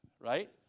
right